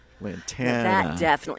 Lantana